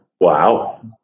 Wow